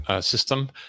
system